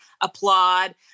applaud